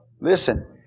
Listen